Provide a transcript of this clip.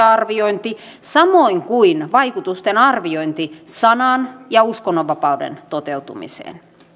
arviointi samoin kuin vaikutusten arviointi sanan ja uskonnonvapauden toteutumisesta